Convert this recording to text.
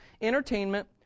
entertainment